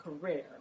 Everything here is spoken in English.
career